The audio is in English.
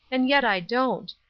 and yet i don't.